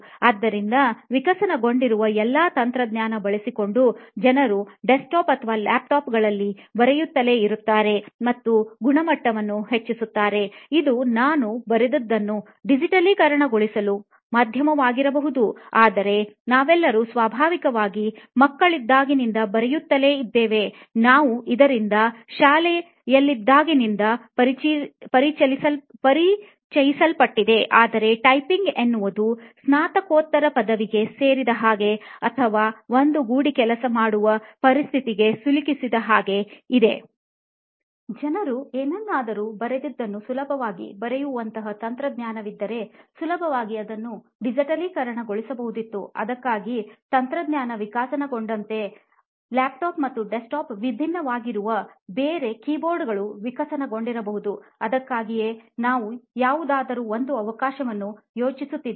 ಅದರಿಂದ ವಿಕಸನಗೊಂಡಿರುವ ಎಲ್ಲಾ ತಂತ್ರಜ್ಞಾನ ಬಳಿಸಿಕೊಂಡು ಜನರು ಡೆಸ್ಕ್ಟಾಪ್ ಅಥವಾ ಲ್ಯಾಪ್ಟಾಪ್ಗಳಲ್ಲಿ ಬರೆಯುತ್ತಲೇ ಇರುತ್ತಾರೆ ಮತ್ತು ಗುಣಮಟ್ಟವನ್ನು ಹೆಚ್ಚಿಸುತ್ತಾರೆ ಇದು ನಾನು ಬರೆದದ್ದನ್ನು ಡಿಜಿಟಲೀಕರಣಗೊಳಿಸಲು ಮಾಧ್ಯಮವಾಗಿರಬಹುದು ಆದರೆ ನಾವೆಲ್ಲರೂ ಸ್ವಾಭಾವಿಕವಾಗಿ ಮಕ್ಕಳಿದ್ದಾಗಿನಿಂದ ಬರೆಯುತ್ತಲೇ ಇದ್ದೇವೆ ನಾವು ಇದನ್ನು ಶಾಲೆಯಲ್ಲಿದ್ದಾಗಿನಿಂದ ಪರಿಚಯಿಸಲ್ಪಟ್ಟಿದ್ದೇವೆ ಆದರೆ ಟೈಪಿಂಗ್ ಎನ್ನುವುದು ಸ್ನಾತಕೋತ್ತರ ಪದವಿಗೆ ಸೇರಿದ ಹಾಗೆ ಅಥವಾ ಒಂದುಗೂಡಿ ಕೆಲಸ ಮಾಡುವ ಪರಿಸ್ಥಿತಿಗೆ ಸಿಲುಕಿಸಿದ ಹಾಗೇ ಇದೆ ಜನರು ಎನ್ನನಾದರೂ ಬರೆದಿದ್ದನ್ನು ಸುಲಭವಾಗಿ ಬರೆಯುವಂತಹ ತಂತ್ರಜ್ಞಾನವಿದ್ದರೆ ಸುಲಭವಾಗಿ ಅದನ್ನು ಡಿಜಿಟಲೀಕರಣ ಗೊಳಿಸಬಹುದಿತ್ತು ಅದಕ್ಕಾಗಿ ತಂತ್ರಜ್ಞಾನ ವಿಕಸನಗೊಂಡಂತೆ ಲ್ಯಾಪ್ಟಾಪ್ ಮತ್ತು ಡೆಸ್ಕ್ಟಾಪ್ ವಿಭಿನ್ನವಾಗಿರುವ ಬೇರೆ ಕೀಬೋರ್ಡ್ ಗಳು ವಿಕಸನಗೊಂಡಿರಬಹುದು ಅದಕ್ಕಾಗಿಯೇ ನಾವು ಯಾವುದಾದರೂ ಒಂದು ಅವಕಾಶವನ್ನು ಯೋಚಿಸುತ್ತೇವು